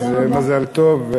אז מזל טוב.